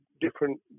different